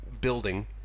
building